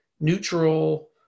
neutral